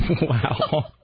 Wow